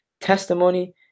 testimony